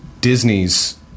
Disney's